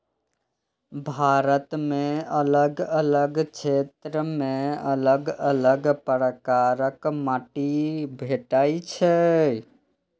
भारत मे अलग अलग क्षेत्र मे अलग अलग प्रकारक माटि भेटै छै